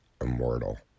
immortal